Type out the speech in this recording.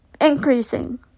increasing